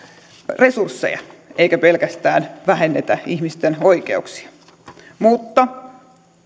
resursseja eikä pelkästään vähennetä ihmisten oikeuksia mutta